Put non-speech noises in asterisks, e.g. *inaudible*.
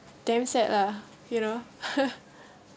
damn sad lah you know *laughs*